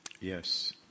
Yes